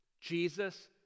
Jesus